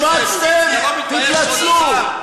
השמצתם, תתנצלו.